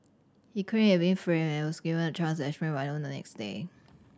he claimed he had been framed and was given a chance to explain by noon the next day